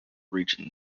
region